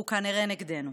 הוא כנראה נגדנו.